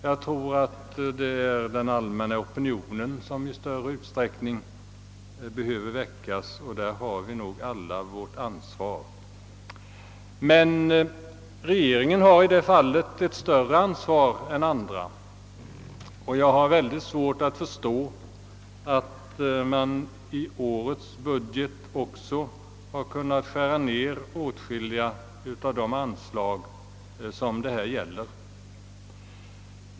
Jag tror att det är den allmänna opinionen som i större utsträckning behöver väckas, och där har vi alla vårt ansvar. Men regeringen har i det fallet ett större ansvar än andra, och jag har väldigt svårt att förstå att man i årets budget också har kunnat skära ned åtskilliga av de anslagsäskanden som det här gäller.